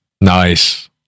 Nice